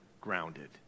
grounded